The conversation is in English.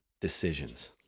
decisions